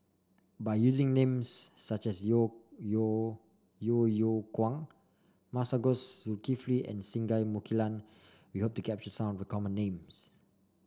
by using names such as Yeo Yeow Yeo Yeow Kwang Masagos Zulkifli and Singai Mukilan we hope to capture some of the common names